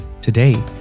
today